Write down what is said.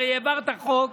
הרי העברת חוק